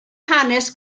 hanes